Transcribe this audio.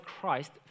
Christ